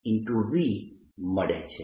Lqv મળે છે